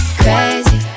crazy